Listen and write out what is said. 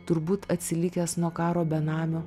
turbūt atsilikęs nuo karo benamio